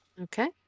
Okay